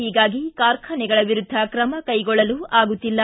ಹೀಗಾಗಿ ಕಾರ್ಖಾನೆಗಳ ವಿರುದ್ದ ಕ್ರಮ ಕೈಗೊಳ್ಳಲು ಆಗುತ್ತಿಲ್ಲ